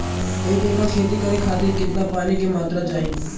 एक एकड़ खेती करे खातिर कितना पानी के मात्रा चाही?